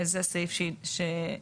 זה הסעיף שהתווסף.